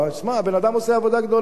שמע, הבן-אדם עושה עבודה גדולה.